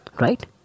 right